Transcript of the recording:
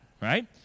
right